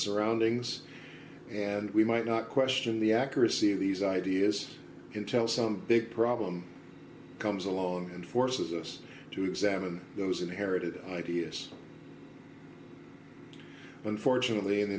surroundings and we might not question the accuracy of these ideas and tell some big problem comes along and forces us to examine those inherited ideas unfortunately in the